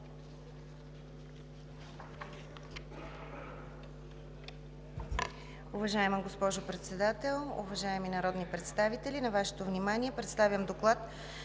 Уважаема госпожо Председател, уважаеми народни представители! На Вашето внимание представям: